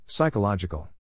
Psychological